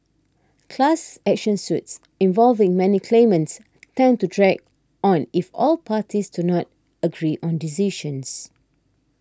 class action suits involving many claimants tend to drag on if all parties to not agree on decisions